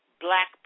black